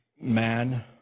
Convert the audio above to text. man